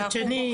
מצד שני,